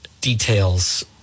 details